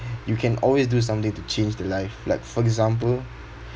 you can always do something to change the life like for example